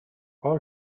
all